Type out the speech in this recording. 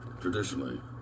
traditionally